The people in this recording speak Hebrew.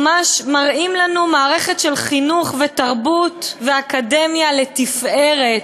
ממש מראים לנו מערכת של חינוך ותרבות ואקדמיה לתפארת,